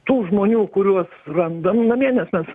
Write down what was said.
tų žmonių kuriuos randam namie nes mes